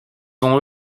ont